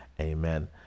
Amen